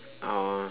oh